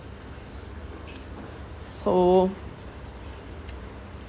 so